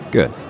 Good